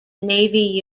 navy